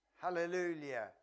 hallelujah